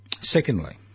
Secondly